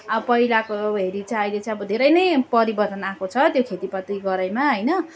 अब पहिलाको हेरी चाहिँ अहिले चाहिँ अब धेरै नै परिवर्तन आएको छ त्यो खेतीपाती गराइमा होइन